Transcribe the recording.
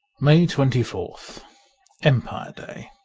may twenty fourth empire day